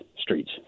streets